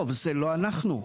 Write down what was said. טוב, זה לא אנחנו.